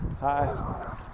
Hi